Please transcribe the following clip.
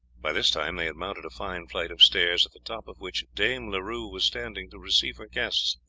by this time they had mounted a fine flight of stairs, at the top of which dame leroux was standing to receive her guests.